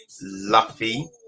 luffy